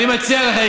אני מציע לך,